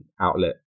outlet